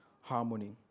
harmony